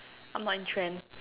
I'm not in trend